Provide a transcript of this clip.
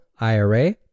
IRA